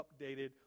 updated